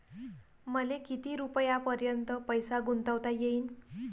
मले किती रुपयापर्यंत पैसा गुंतवता येईन?